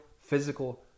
physical